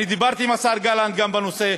דיברתי גם עם השר גלנט בנושא.